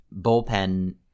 bullpen